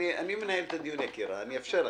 בבקשה.